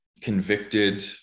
convicted